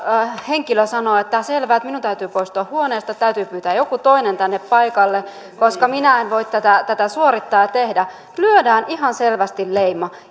henkilö sanoo että selvä minun täytyy poistua huoneesta täytyy pyytää joku toinen tänne paikalle koska minä en voi tätä tätä suorittaa ja tehdä lyödään ihan selvästi leima